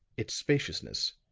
its spaciousness,